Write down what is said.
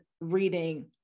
reading